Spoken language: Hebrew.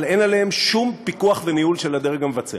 אבל אין עליהם שום פיקוח וניהול של הדרג המבצע.